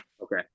Okay